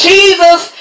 Jesus